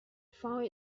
found